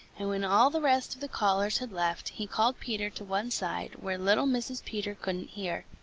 and when all the rest of the callers had left he called peter to one side where little mrs. peter couldn't hear.